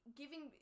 giving